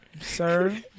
Sir